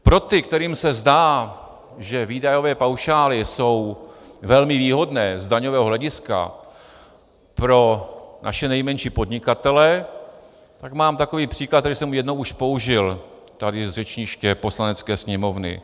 Pro ty, kterým se zdá, že výdajové paušály jsou velmi výhodné z daňového hlediska pro naše nejmenší podnikatele, mám takový příklad, který jsem jednou už použil tady z řečniště Poslanecké sněmovny.